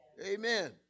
Amen